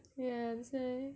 yeah that's why